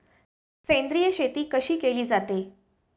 सेंद्रिय शेती कशी केली जाते?